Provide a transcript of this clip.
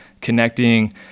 connecting